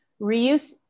reuse